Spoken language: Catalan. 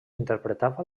interpretava